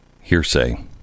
Hearsay